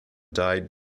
died